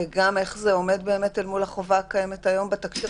וגם איך זה עומד אל מול החובה הקיימת היום בתקשי"ר,